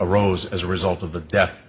arose as a result of the death